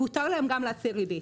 והותר להם גם להציע ריבית,